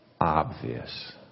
obvious